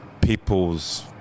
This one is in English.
people's